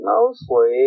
Mostly